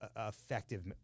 effective